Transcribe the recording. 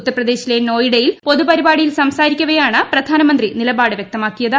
ഉത്തർപ്രദേശിലെ നോയിഡയിൽ പൊതുപരിപാടിയിൽ സ്സാരിക്കവെയാണ് പ്രധാനമന്ത്രി നിലപാട് വ്യക്തമാക്കിയത്